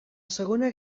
segona